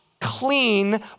clean